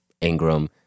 Ingram